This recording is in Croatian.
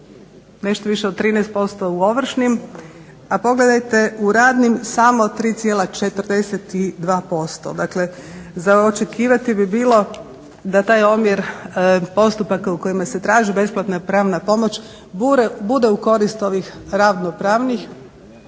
nešto više od 13% u ovršnim, a pogledajte u radnim samo 3,42%. Dakle za očekivati bi bilo da taj omjer postupaka u kojima se traži besplatna pravna pomoć bude u korist ovih radno-pravnih,